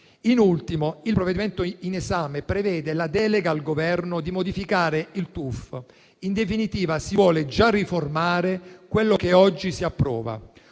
In ultimo, il provvedimento in esame prevede la delega al Governo per modificare il TUF. In definitiva, si vuole già riformare quello che oggi si approva: